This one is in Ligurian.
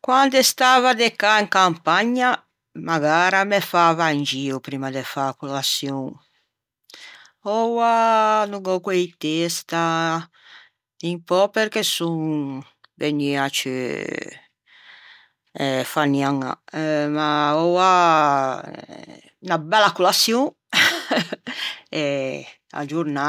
Quande stava de cà in campagna magara me fava un gio primma de fâ colaçion. Oua no gh'o guæi testa, un pö perché son vegnua ciù feniaña ma oua unna bella colaçion e a giornâ